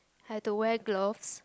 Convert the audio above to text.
I had to wear gloves